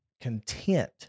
content